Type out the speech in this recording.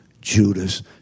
Judas